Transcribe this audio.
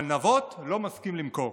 אבל נבות לא מסכים למכור.